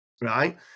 right